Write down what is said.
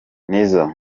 nizzo